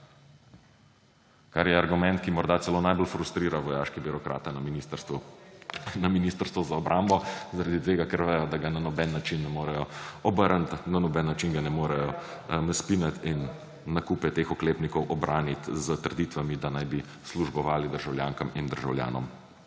kar je argument, ki morda celo najbolj frustrira vojaške birokrate na Ministrstvu za obrambo zaradi tega, ker vejo, da ga na noben način ne morejo obrniti, na noben način ga ne morejo »naspinati« in nakupe teh oklepnikov ubraniti s trditvami, da naj bi službovali državljankam in državljanom